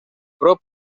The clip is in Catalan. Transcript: prop